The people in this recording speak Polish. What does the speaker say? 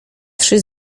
trzy